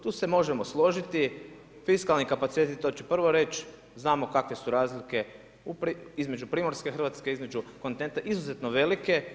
Tu se možemo složiti, fiskalni kapaciteti, to ću prvo reći, znamo kakve su razlike, između Primorske Hrvatske, između kontinenta, izuzetno velike.